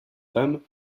dames